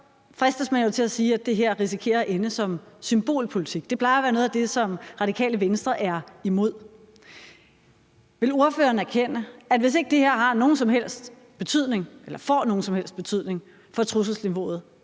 fristes man jo til at sige, at det her risikerer at ende som symbolpolitik. Det plejer at være noget af det, som Radikale Venstre er imod. Vil ordføreren erkende, at hvis ikke det her har nogen som helst betydning eller får nogen som helst betydning for trusselsniveauet,